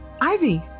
Ivy